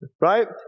Right